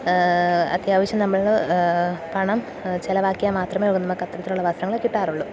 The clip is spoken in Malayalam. അത്യാവശ്യം നമ്മള് പണം ചെലവാക്കിയാല് മാത്രമേ ഉള്ളൂ നമുക്ക് അത്തരത്തിലുള്ള വസ്ത്രങ്ങള് കിട്ടാറുള്ളൂ